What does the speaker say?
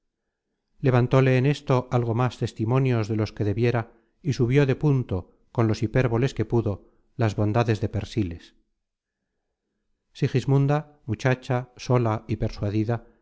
levantóle en esto algo más testimonios de los que content from google book search generated at debiera y subió de punto con los hiperboles que pudo las bondades de persíles sigismunda muchacha sola y persuadida